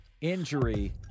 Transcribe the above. injury